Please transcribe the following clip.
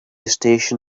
station